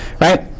right